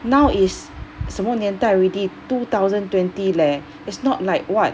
now is 什么年代 already two thousand twenty leh it's not like what